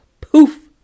Poof